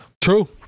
True